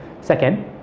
Second